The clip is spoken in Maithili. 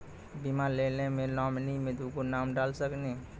बीमा लेवे मे नॉमिनी मे दुगो नाम डाल सकनी?